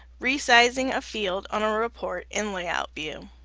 re-sizing a field on a report in layout view.